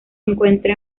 encuentra